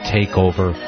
Takeover